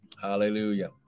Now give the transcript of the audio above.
Hallelujah